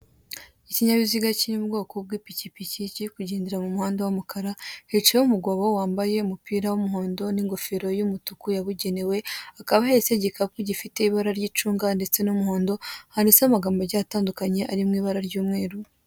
Ikinyabiziga kiri mu bwoko bw'ipikipiki kiri kugendera mu muhanda w'umukara, hicayeho umugabo wambaye umupira w'umuhondo n'ingofero y'umutuku yabugenewe, akaba ahetse ibikapu gifite ibara ry'icunga ndetse n'umuhondo, handitseho amagambo agiye atandukanye ari mu ibara ry'umweru.